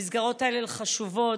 המסגרות האלה הן חשובות,